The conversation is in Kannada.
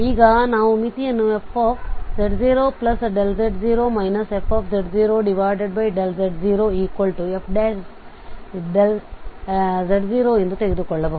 ಈಗ ನಾವು ಮಿತಿಯನ್ನು fz0z0 fz0 fಎಂದು ತೆಗೆದುಕೊಳ್ಳುವ